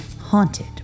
haunted